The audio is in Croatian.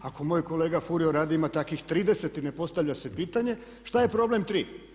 Ako moj kolega Furio Radin ima takvih 30 i ne postavlja se pitanje šta je problem 3?